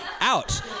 out